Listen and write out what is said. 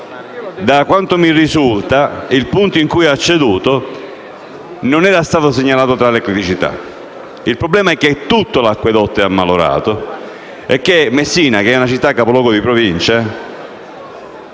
Da quanto mi risulta, il punto in cui ha ceduto non era stato segnalato tra quelle criticità. Il problema è che tutto l'acquedotto è ammalorato e che Messina, che è una città capoluogo di Provincia,